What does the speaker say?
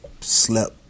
slept